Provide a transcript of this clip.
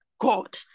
God